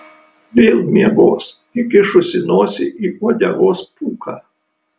vėl miegos įkišusi nosį į uodegos pūką